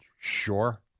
Sure